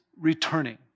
returning